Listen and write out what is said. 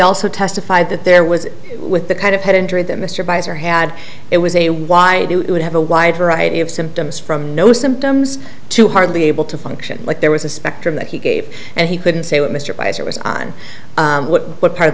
also testified that there was with the kind of head injury that mr baez or had it was a wide it would have a wide variety of symptoms from no symptoms to hardly able to function like there was a spectrum that he gave and he couldn't say what mr baez it was on what part of